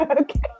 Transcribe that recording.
Okay